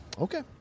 Okay